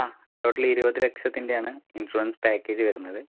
ആ ടോട്ടല് ഇരുപത് ലക്ഷത്തിൻ്റെയാണ് ഇൻഷൂറൻസ് പാക്കേജ് വരുന്നത്